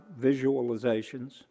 visualizations